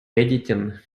editing